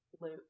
Luke